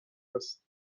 است